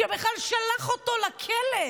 בכלל שלח אותו לכלא.